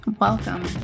welcome